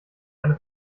eine